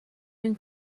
این